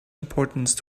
importance